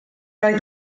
oedd